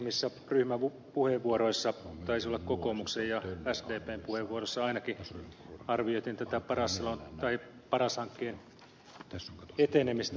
muutamissa ryhmäpuheenvuoroissa taisi olla kokoomuksen ja sdpn puheenvuoroissa ainakin arvioitiin tätä paras hankkeen etenemistä pidettiin sitä kovin hitaana